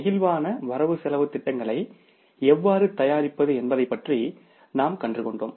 நெகிழ்வான வரவு செலவுத் திட்டங்களை எவ்வாறு தயாரிப்பது என்பதைப் பற்றி நாம் கற்றுக்கொண்டோம்